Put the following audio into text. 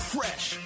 Fresh